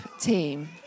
team